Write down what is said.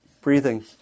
breathing